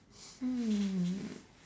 hmm